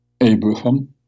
Abraham